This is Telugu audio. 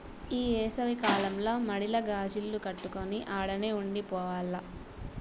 ఈ ఏసవి కాలంల మడిల గాజిల్లు కట్టుకొని ఆడనే ఉండి పోవాల్ల